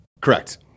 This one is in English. Correct